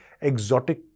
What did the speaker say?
exotic